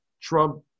Trump